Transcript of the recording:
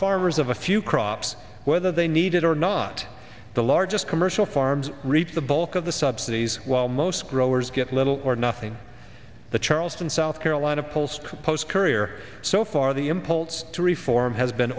farmers of a few crops whether they need it or not the largest commercial farms reap the bulk of the subsidies while most growers get little or nothing the charleston south carolina pulls post career so far the impulse to reform has been